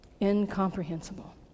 Incomprehensible